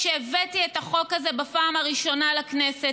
כשהבאתי את החוק הזה בפעם הראשונה לכנסת,